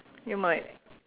you might